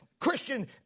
Christian